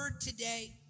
today